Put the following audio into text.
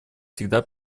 всегда